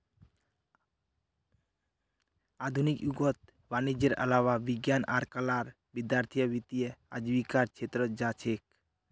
आधुनिक युगत वाणिजयेर अलावा विज्ञान आर कलार विद्यार्थीय वित्तीय आजीविकार छेत्रत जा छेक